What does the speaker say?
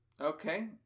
Okay